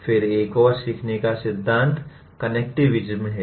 फिर एक और सीखने का सिद्धांत कनेक्टिविज़्म है